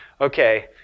okay